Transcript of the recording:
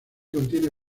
contiene